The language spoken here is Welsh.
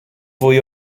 fwy